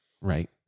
right